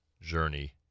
journey